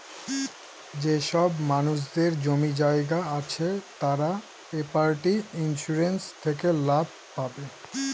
যেসব মানুষদের জমি জায়গা আছে তারা প্রপার্টি ইন্সুরেন্স থেকে লাভ পাবে